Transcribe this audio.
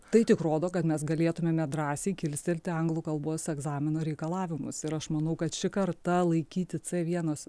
tai tik rodo kad mes galėtumėme drąsiai kilstelėti anglų kalbos egzamino reikalavimus ir aš manau kad ši karta laikyti c vienas